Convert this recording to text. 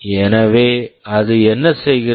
எனவே அது என்ன செய்கிறது